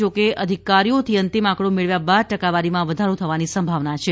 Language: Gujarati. જો કે અધિકારીઓથી અંતિમ આંકડો મેળવ્યા બાદ ટકાવારીમાં વધારો થવાની સંભાવના છે